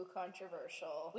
controversial